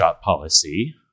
policy